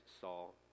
Saul